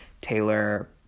Taylor